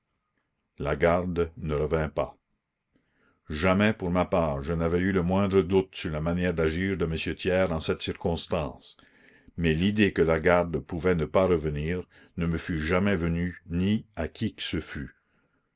lagarde ne revint pas jamais pour ma part je n'avais eu le moindre doute sur la manière d'agir de m thiers en cette circonstance mais l'idée que lagarde pouvait ne pas revenir ne me fût jamais venue ni à qui que ce fût